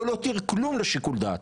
לא להותיר כלום לשיקול דעת,